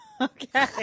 Okay